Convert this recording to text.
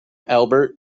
albert